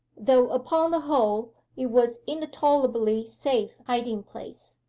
though upon the whole it was in a tolerably safe hiding-place.